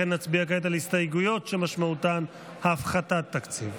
נצביע כעת על הסתייגויות שמשמעותן הפחתת תקציב.